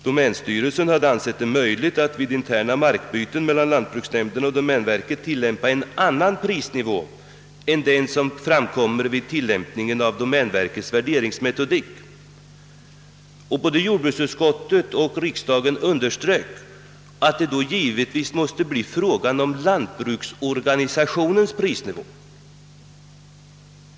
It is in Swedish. Domänstyrelsen hade ansett det möjligt att vid interna markbyten mellan lantbruksnämnder och domänverket tillämpa en annan prisnivå än den som framkommer vid tillämpning av domänverkets värderingsmetodik. Både jordbruksutskottet och riksdagen underströk, att det i så fall givetvis måste bli fråga om lantbruksorganisationens prisnivå.